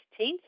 16th